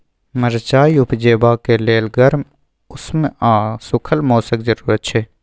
मरचाइ उपजेबाक लेल गर्म, उम्मस आ सुखल मौसमक जरुरत छै